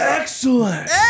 excellent